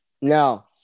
No